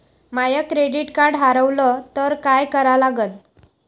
माय credit card हारवलं तर काय करा लागन?